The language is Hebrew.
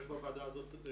יש בוועדה הזאת,